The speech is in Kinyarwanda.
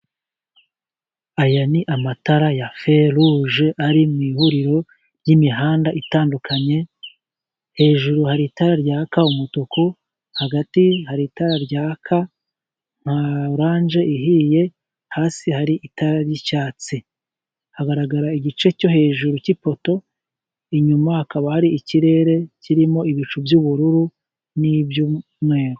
Aya ni amatara ya feruge ari mu ihuriro ry'imihanda itandukanye, hejuru hari itara ryaka umutuku, hagati hari itara ryaka nka orange ihiye, hasi hari itara ry'icyatsi. Hagaragara igice cyo hejuru cy'ipoto, inyuma hakaba hari ikirere kirimo ibicu by'ubururu n'iby'umweru.